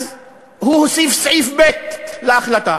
אז הוא הוסיף סעיף ב' להחלטה: